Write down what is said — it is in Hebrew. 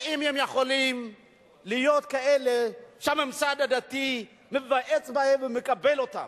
האם הם יכולים להיות כאלה שהממסד הדתי מתייעץ אתם ומקבל אותם?